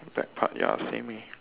back part ya same leh